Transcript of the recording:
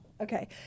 Okay